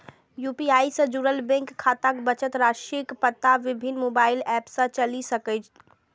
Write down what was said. UPI सं जुड़ल bank खाताक बचत राशिक पता विभिन्न मोबाइल एप सं चलि सकैए